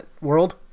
world